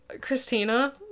Christina